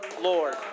Lord